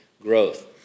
Growth